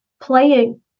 playing